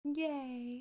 yay